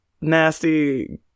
nasty